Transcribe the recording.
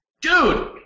Dude